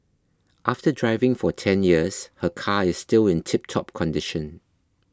after driving for ten years her car is still in tiptop condition